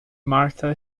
martha